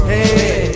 Hey